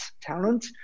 talent